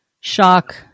shock